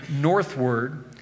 northward